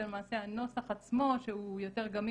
זה למעשה הנוסח עצמו שהוא יותר גמיש.